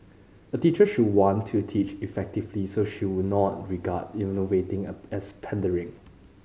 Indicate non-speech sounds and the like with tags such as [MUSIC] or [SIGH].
a teacher should want to teach effectively so she would not regard innovating [UNINTELLIGIBLE] as pandering